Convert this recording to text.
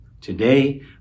Today